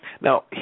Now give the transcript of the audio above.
Now